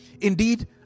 Indeed